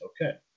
Okay